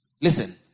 Listen